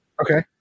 Okay